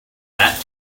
that